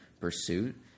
pursuit